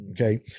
okay